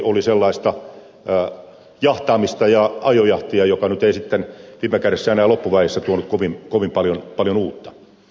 oli sellaista jahtaamista ja ajojahtia joka nyt ei sitten viime kädessä enää loppuvaiheessa tuonut kovin paljon uutta